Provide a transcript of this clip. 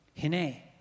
Hine